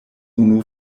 unu